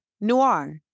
noir